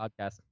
podcast